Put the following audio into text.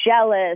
jealous